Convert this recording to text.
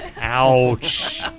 Ouch